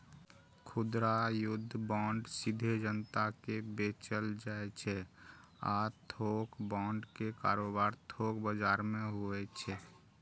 खुदरा युद्ध बांड सीधे जनता कें बेचल जाइ छै आ थोक बांड के कारोबार थोक बाजार मे होइ छै